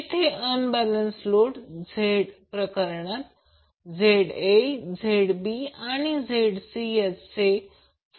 येथे unbalance load प्रकरणात ZA ZB आणि ZC यांचे फेज इम्पिडंन्स सारखे असतात